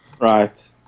Right